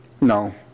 No